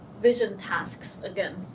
vision tasks again.